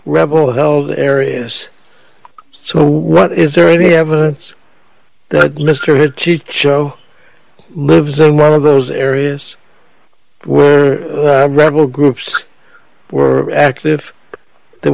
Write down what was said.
rebel held areas so what is there any evidence that mr ritchie cho lives in one of those areas where rebel groups were active that